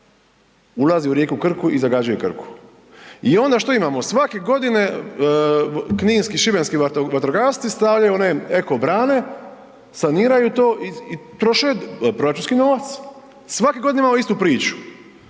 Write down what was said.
ulazi u rijeku Krku i zagađuje Krku. I ono što imamo, svake godine kninski i šibenski vatrogasci stavljaju one eko brane, saniraju to i troše proračunski novac. Svake godine imamo istu priču.